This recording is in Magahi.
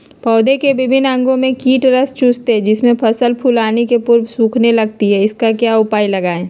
पौधे के विभिन्न अंगों से कीट रस चूसते हैं जिससे फसल फूल आने के पूर्व सूखने लगती है इसका क्या उपाय लगाएं?